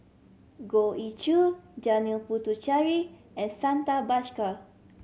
Goh Ee Choo Janil Puthucheary and Santha Bhaskar